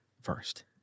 first